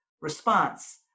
response